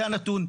זה הנתון.